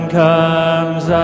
comes